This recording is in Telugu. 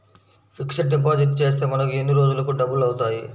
ఫిక్సడ్ డిపాజిట్ చేస్తే మనకు ఎన్ని రోజులకు డబల్ అవుతాయి?